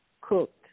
cooked